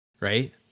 Right